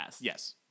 yes